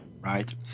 Right